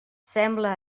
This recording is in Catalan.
sembla